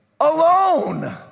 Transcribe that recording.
alone